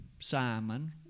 Simon